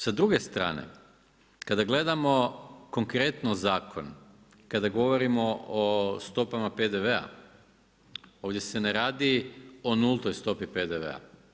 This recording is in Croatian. Sa druge strane kada gledamo konkretno zakon, kada govorimo o stopama PDV-a ovdje se ne radi o nultoj stopi PDV-a.